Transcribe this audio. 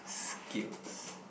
skills